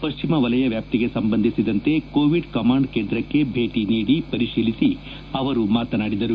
ಪಶ್ಚಿಮ ವಲಯ ವ್ಯಾಪ್ತಿಗೆ ಸಂಬಂಧಿಸಿದಂತೆ ಕೋವಿಡ್ ಕಮಾಂಡ್ ಕೇಂದ್ರಕ್ಕೆ ಭೇಟಿ ನೀಡಿ ಪರಿಶೀಲಿಸಿ ಅವರು ಮಾತನಾಡಿದರು